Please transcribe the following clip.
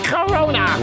Corona